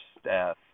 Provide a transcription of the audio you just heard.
staff